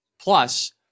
Plus